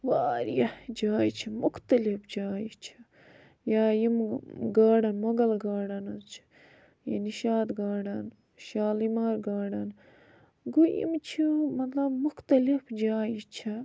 واریاہ جایہِ چھِ مختلف جایہِ چھِ یا یِمہٕ گارڈٕن مۄغَل گارڈنٕز چھِ یا نِشاط گارڈٕن شالیٖمار گارڈٕن گوٚو یِم چھِ مطلب مختلف جایہِ چھِ